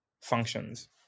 functions